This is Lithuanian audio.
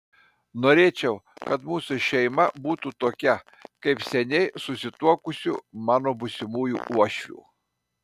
norėčiau kad mūsų šeima būtų tokia kaip seniai susituokusių mano būsimųjų uošvių